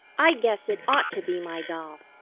i guess it ought to be my doll.